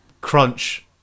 crunch